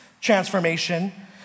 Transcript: transformation